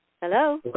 hello